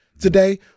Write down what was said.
Today